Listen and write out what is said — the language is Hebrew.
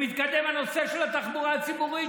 כמו שמתקדם הנושא של התחבורה הציבורית,